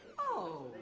oh!